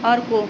अर्को